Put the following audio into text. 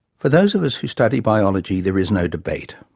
for those of us who study biology, there is no debate.